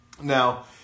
Now